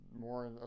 more